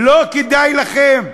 לא כדאי לכם?